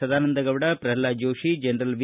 Sadananda Gowda Pralhad Joshi general V